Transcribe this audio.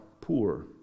poor